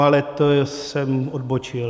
Ale to jsem odbočil.